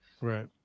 Right